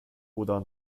oder